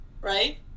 Right